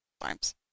times